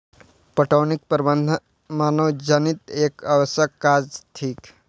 पटौनीक प्रबंध मानवजनीत एक आवश्यक काज थिक